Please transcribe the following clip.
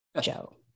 Joe